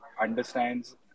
understands